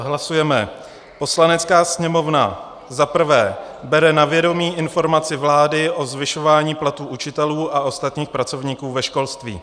Hlasujeme: Poslanecká sněmovna za prvé bere na vědomí informaci vlády o zvyšování platů učitelů a ostatních pracovníků ve školství.